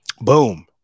boom